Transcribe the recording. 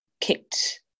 kicked